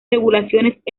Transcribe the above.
regulaciones